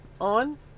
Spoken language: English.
on